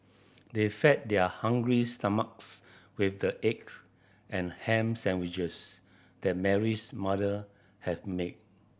they fed their hungry stomachs with the eggs and ham sandwiches that Mary's mother had made